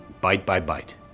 bite-by-bite